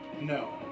No